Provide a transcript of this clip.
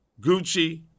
Gucci